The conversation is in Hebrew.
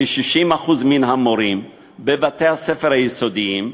ש-60% מן המורים בבתי-הספר היסודיים,